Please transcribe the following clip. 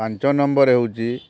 ପାଞ୍ଚ ନମ୍ବର୍ରେ ହେଉଛି